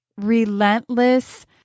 relentless